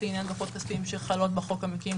לעניין דוחות כספיים שחלות בחוק המקים.